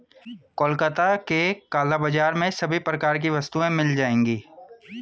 कोलकाता के काला बाजार में सभी प्रकार की वस्तुएं मिल जाएगी